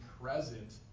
present